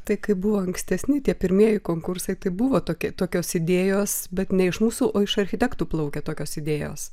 tai kaip buvo ankstesni tie pirmieji konkursai tai buvo tokia tokios idėjos bet ne iš mūsų o iš architektų plaukė tokios idėjos